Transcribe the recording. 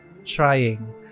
Trying